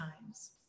times